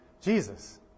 Jesus